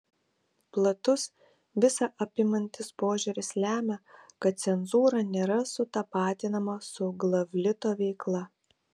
platus visa apimantis požiūris lemia kad cenzūra nėra sutapatinama su glavlito veikla